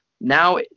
now